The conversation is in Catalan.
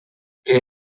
que